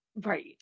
Right